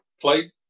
played